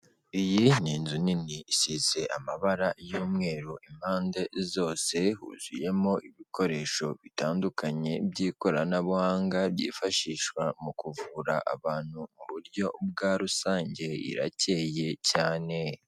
Iyi ni inzu nini isize amabara y'umweru impande zose, huzuyemo ibikoresho bitandukanye by'ikoranabuhanga, byifashishwa mu kuvura abantu mu buryo bwa rusange, iracyeye cyane.